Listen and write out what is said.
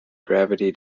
gravity